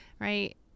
right